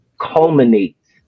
culminates